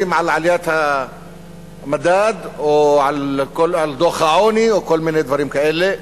על עליית המדד או דוח העוני או כל מיני דברים כאלה,